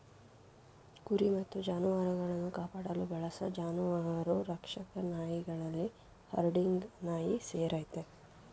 ಕುರಿ ಮತ್ತು ಜಾನುವಾರುಗಳನ್ನು ಕಾಪಾಡಲು ಬಳಸೋ ಜಾನುವಾರು ರಕ್ಷಕ ನಾಯಿಗಳಲ್ಲಿ ಹರ್ಡಿಂಗ್ ನಾಯಿ ಸೇರಯ್ತೆ